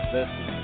Listen